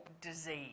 disease